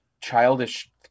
childish